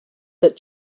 that